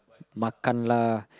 makan lah